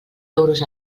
euros